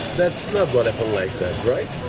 that's not what happened like that, right?